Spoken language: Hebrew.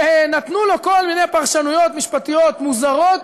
ונתנו לו כל מיני פרשנויות משפטיות מוזרות,